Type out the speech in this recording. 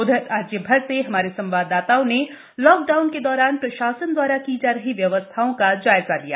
उधर राज्य भर से हमारे संवाददाताओं ने लाक डाउन के दौरान प्रशासन दवारा की जा रही व्यवस्थाओं का जायजा लिया